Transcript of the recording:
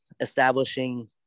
establishing